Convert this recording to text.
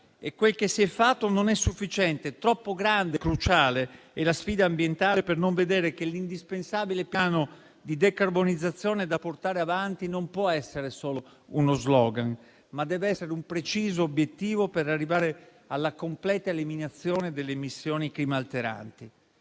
E quel che si è fatto non è sufficiente: troppo grande e cruciale è la sfida ambientale per non vedere che l'indispensabile piano di decarbonizzazione da portare avanti non può essere solo uno *slogan*, ma deve essere anche un preciso obiettivo per arrivare alla completa eliminazione delle emissioni climalteranti.